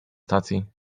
stacji